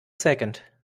second